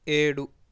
ఏడు